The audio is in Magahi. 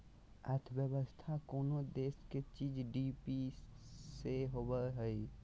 अर्थव्यवस्था कोनो देश के जी.डी.पी से होवो हइ